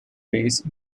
base